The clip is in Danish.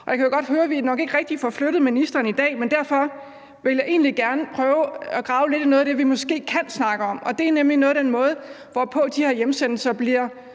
Jeg kan godt høre, at vi nok ikke rigtig har flyttet ministeren i dag, men derfor vil jeg egentlig gerne prøve at grave lidt i noget af det, vi måske kan snakke om. Det er nemlig den måde, hvorpå de her fratagelser af